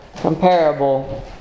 comparable